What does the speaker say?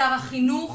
לשר החינוך